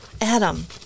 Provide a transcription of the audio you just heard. Adam